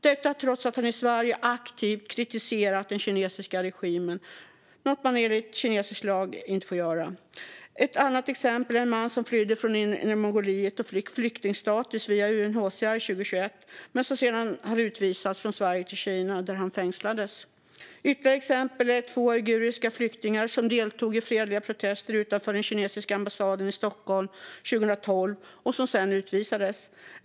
Detta ska ske trots att han i Sverige aktivt kritiserat den kinesiska regimen, något som man enligt kinesisk lag inte får göra. Ett annat exempel är en man som flydde från Inre Mongoliet och fick flyktingstatus via UNHCR 2021 men som sedan utvisades från Sverige till Kina, där han fängslades. Ytterligare ett exempel är de två uiguriska flyktingar som deltog i fredliga protester utanför den kinesiska ambassaden i Stockholm 2012 och som sedan utvisades.